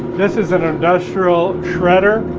this is an industrial shredder.